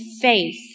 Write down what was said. faith